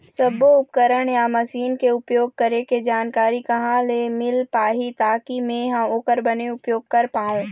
सब्बो उपकरण या मशीन के उपयोग करें के जानकारी कहा ले मील पाही ताकि मे हा ओकर बने उपयोग कर पाओ?